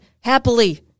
happily